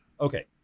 Okay